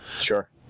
Sure